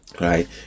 right